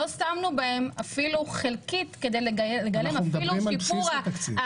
לא שמנו בהם אפילו חלקית כדי לגלם אפילו שיפור מה